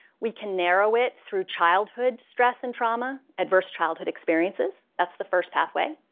we can narrow it through childhood stress and trauma, adverse childhood experiences. that's the first pathway.